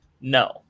No